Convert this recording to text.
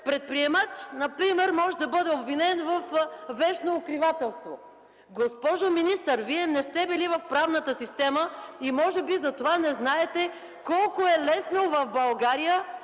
предприемач, например, може да бъде обвинен във вещно укривателство. Госпожо министър, Вие не сте били в правната система и може би затова не знаете колко е лесно в България